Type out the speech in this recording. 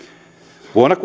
vuonna